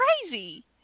crazy